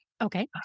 Okay